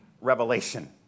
Revelation